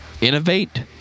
innovate